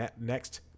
next